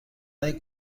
دهید